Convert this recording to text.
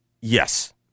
Yes